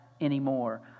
anymore